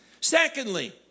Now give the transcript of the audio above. secondly